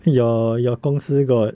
your your 公司 got